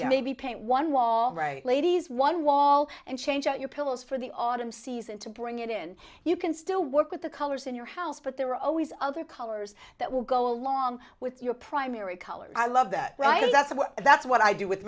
you may be paint one wall right ladies one wall and change out your pills for the autumn season to bring it in you can still work with the colors in your house but there are always other colors that will go along with your primary colors i love that that's what that's what i do with